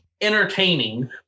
entertaining